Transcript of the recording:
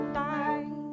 die